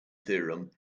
theorem